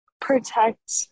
protect